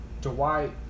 Dwight